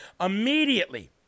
immediately